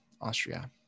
Austria